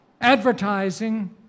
advertising